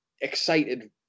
excited